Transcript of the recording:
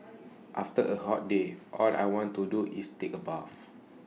after A hot day all I want to do is take A bath